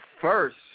first